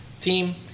team